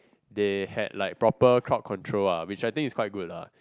they had like proper crowd control lah which I think is quite good lah